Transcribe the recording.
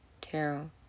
tarot